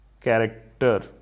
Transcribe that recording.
character